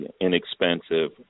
inexpensive